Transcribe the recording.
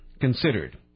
considered